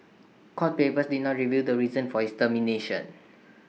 court papers did not reveal the reason for his termination